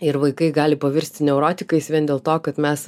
ir vaikai gali pavirsti neurotikais vien dėl to kad mes